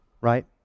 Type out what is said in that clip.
Right